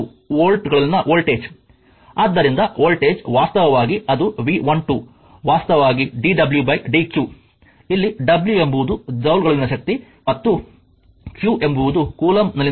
ಆದ್ದರಿಂದ ವೋಲ್ಟೇಜ್ ವಾಸ್ತವವಾಗಿ ಅದು V12 ವಾಸ್ತವವಾಗಿdwdqಇಲ್ಲಿ w ಎಂಬುದು ಜೌಲ್ಗಳಲ್ಲಿನ ಶಕ್ತಿ ಮತ್ತು q ಎಂಬುದು ಕೂಲಂಬ್ನಲ್ಲಿನ ಚಾರ್ಜ್